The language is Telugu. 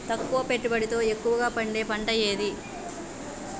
తక్కువ పెట్టుబడితో ఎక్కువగా పండే పంట ఏది?